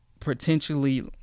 potentially